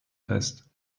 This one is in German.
fest